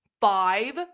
five